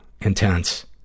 intense